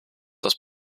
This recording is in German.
das